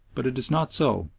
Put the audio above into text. but it is not so,